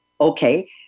Okay